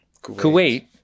Kuwait